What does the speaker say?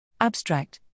Abstract